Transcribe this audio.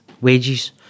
wages